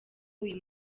uyu